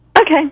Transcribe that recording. Okay